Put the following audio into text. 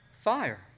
fire